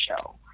show